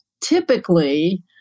typically